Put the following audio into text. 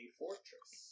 fortress